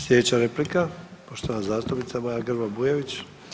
Slijedeća replika, poštovana zastupnica Maja Grba Bujević.